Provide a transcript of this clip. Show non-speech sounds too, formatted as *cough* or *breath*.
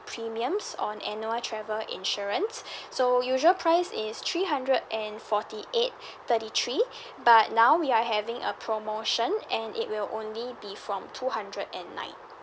premiums on annual travel insurance *breath* so usual price is three hundred and forty eight thirty three *breath* but now we are having a promotion and it will only be from two hundred and nine